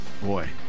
Boy